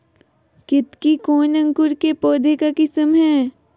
केतकी कौन अंकुर के पौधे का किस्म है?